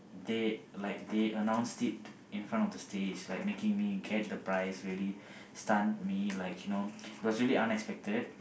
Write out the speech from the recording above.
they like they announce it in front of the stage like making me get the prize really stunned me like you know it was really unexpected